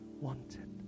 wanted